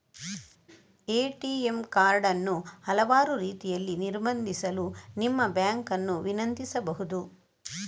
ATM card ಅನ್ನು ಹಲವಾರು ರೀತಿಯಲ್ಲಿ ನಿರ್ಬಂಧಿಸಲು ನಿಮ್ಮ ಬ್ಯಾಂಕ್ ಅನ್ನು ವಿನಂತಿಸಬಹುದು